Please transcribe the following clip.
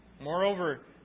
Moreover